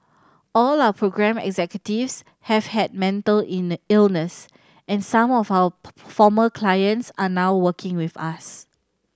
all our programme executives have had mental illness and some of our former clients are now working with us